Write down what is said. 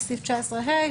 זה סעיף 19ה,